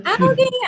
Okay